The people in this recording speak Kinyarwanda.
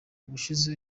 ubushize